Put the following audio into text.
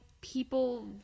people